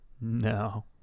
No